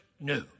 new